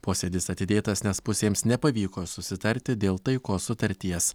posėdis atidėtas nes pusėms nepavyko susitarti dėl taikos sutarties